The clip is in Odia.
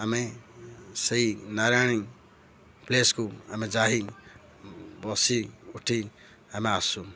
ଆମେ ସେଇ ନାରାୟଣୀ ପ୍ଲେସ୍କୁ ଆମେ ଯାଇ ବସି ଉଠି ଆମେ ଆସୁ